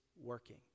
working